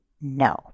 no